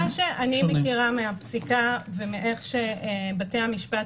ממה שאני מכירה מהפסיקה ומאיך שבתי המשפט